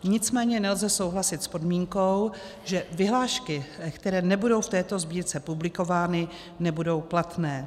Nicméně nelze souhlasit s podmínkou, že vyhlášky, které nebudou v této sbírce publikovány, nebudou platné.